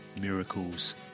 miracles